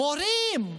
מורים,